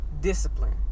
discipline